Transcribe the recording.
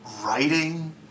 writing